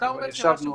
אבל ישבנו,